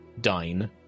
dine